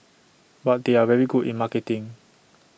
but they are very good in marketing